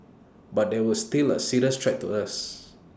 but they were still A serious threat to us